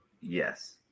Yes